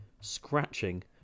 scratching